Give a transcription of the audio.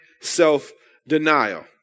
self-denial